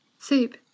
soup